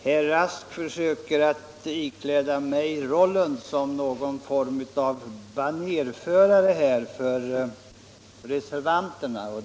Herr talman! Herr Rask försöker ikläda mig rollen av fanbärare för reservanterna.